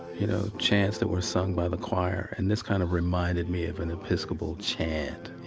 you know, chants that were sung by the choir. and this kind of reminded me of an episcopal chant, you